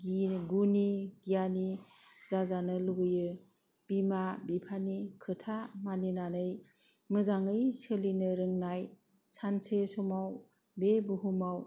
गुनि गियानि जाजानो लुबैयो बिमा बिफानि खोथा मानिनानै मोजाङै सोलिनो रोंनाय सानसे समाव बे बुहुमाव